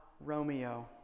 Romeo